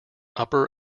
upper